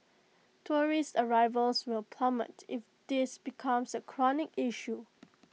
tourist arrivals will plummet if this becomes A chronic issue